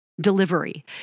delivery